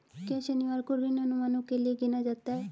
क्या शनिवार को ऋण अनुमानों के लिए गिना जाता है?